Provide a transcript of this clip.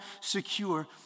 secure